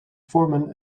vormen